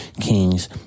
kings